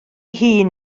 hun